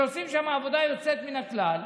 שעושים שם עבודה יוצאת מן הכלל,